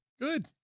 Good